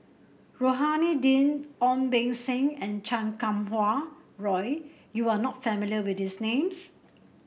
Rohani Din Ong Beng Seng and Chan Kum Wah Roy you are not familiar with these names